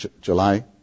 July